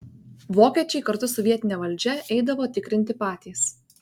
vokiečiai kartu su vietine valdžia eidavo tikrinti patys